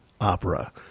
opera